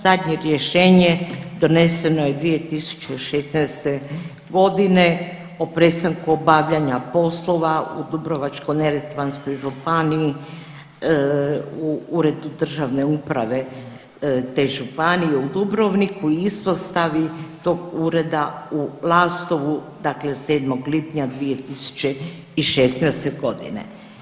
Zadnje rješenje doneseno je 2016. godine o prestanku obavljanja poslova u Dubrovačko-neretvanskoj županiji u Uredu državne uprave te županije u Dubrovniku, u ispostavi tog ureda u Lastovu, dakle 7. lipnja 2016. godine.